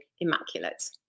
immaculate